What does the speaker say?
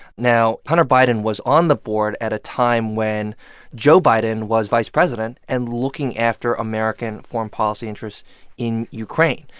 now, hunter biden was on the board at a time when joe biden was vice president and looking after american foreign policy interests in ukraine.